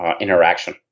interaction